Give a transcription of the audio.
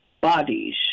bodies